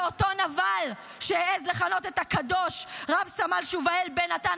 זה אותו נבל שהעז לכנות את הקדוש רב-סמל שובאל בן נתן,